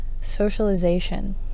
socialization